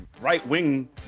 right-wing